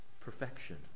perfection